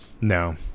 No